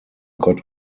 got